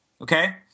Okay